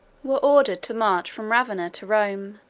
were ordered to march from ravenna to rome,